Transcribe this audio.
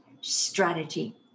strategy